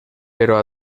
però